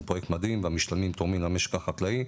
פרויקט מדהים והמשתלמים תורמים למשק החקלאי,